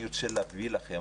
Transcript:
אני רוצה להביא לכם,